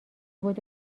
بدو